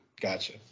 Gotcha